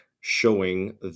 showing